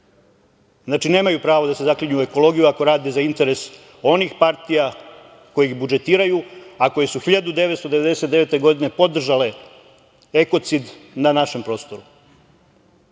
Znači, nemaju pravo da se zaklinju u ekologiju, ako rade za interes onih partija koje ih budžetiraju, a koje su 1999. godine podržale ekocid na našem prostoru. Ali,